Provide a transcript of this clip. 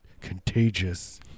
contagious